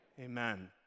Amen